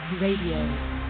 Radio